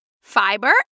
Fiber